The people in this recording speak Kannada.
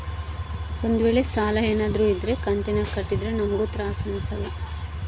ಒಂದ್ವೇಳೆ ಸಾಲ ಏನಾದ್ರೂ ಇದ್ರ ಕಂತಿನಾಗ ಕಟ್ಟಿದ್ರೆ ನಮ್ಗೂ ತ್ರಾಸ್ ಅಂಸಲ್ಲ